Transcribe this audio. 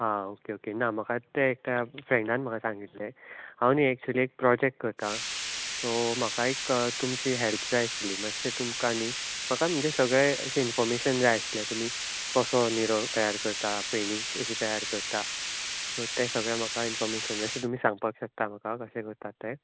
हां okay okay ना म्हाका तें एकट्या फ्रँडान म्हाका सांगिल्लें हांव न्हय एक्च्युअली एक प्रोजेक्ट करतां सो म्हाका एक तुमची हेल्प जाय आशिल्ली मातशे तुमकां न्हय म्हाका म्हणचे सगळे इन्फोर्मेशन जाय आशिल्लें तुमी कसो निरो तयार करता फेणी कशी तयार करता सो तें सगळें म्हाका इन्फोर्मेशन असें तुमी सांगपाक शकता म्हाका कशे करतात ते